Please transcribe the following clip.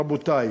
רבותי?